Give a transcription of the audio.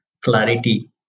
clarity